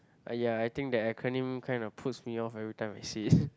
!aiya! I think that acronym kind of puts me off every time I see it